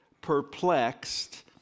perplexed